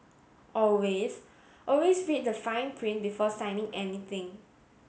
always always read the fine print before signing anything